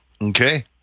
Okay